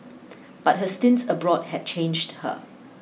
but her stints abroad had changed her